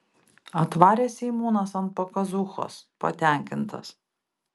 atvarė seimūnas ant pakazūchos patenkintas